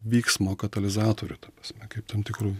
vyksmo katalizatorių ta prasme kaip tam tikrų